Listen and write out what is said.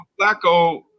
Flacco